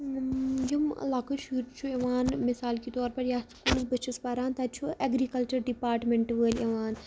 یِم لَکٕٹۍ شُرۍ چھُ یِوان مِثال کے طور پَر یَتھ بہٕ چھَس پَران تَتہِ چھُ اٮ۪گرِکَلچَر ڈِپاٹمنٹ وٲلۍ یِوان